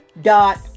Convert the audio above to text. dot